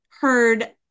heard